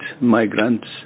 migrants